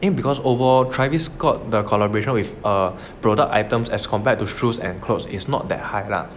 因为 because overall travis scott the collaboration with err product items as compared to shoes and clothes is not that hype lah